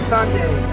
Sunday